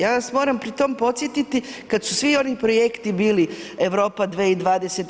Ja vas moram pri tome podsjetiti kada su svi oni projekti bili Europa 2020.